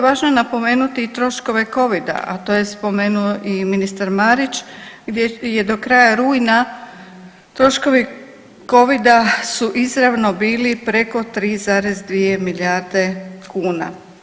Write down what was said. Važno je napomenuti i troškove Covid-a a to je spomenuo i ministar Marić, gdje je do kraja rujna troškovi Covid-a su izravno bili preko 3,2 milijarde kuna.